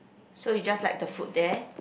so you just like the food there